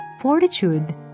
fortitude